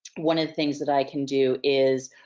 one of the things that i can do is,